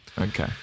Okay